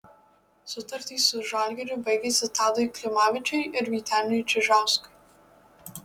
sutartys su žalgiriu baigėsi tadui klimavičiui ir vyteniui čižauskui